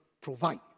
provide